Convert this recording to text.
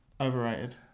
Overrated